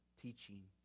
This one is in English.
teaching